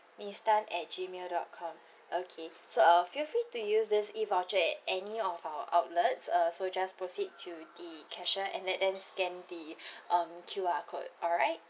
miss tan at G mail dot com okay so uh feel free to use this E-voucher at any of our outlets uh so just proceed to the cashier and let them scan the um Q_R code alright